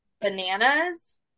Bananas